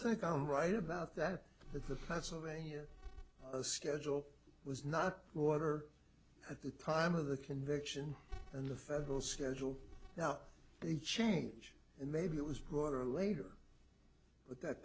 think i'm right about that but the pennsylvania schedule was not water at the time of the conviction and the federal schedule now they change and maybe it was broader later but that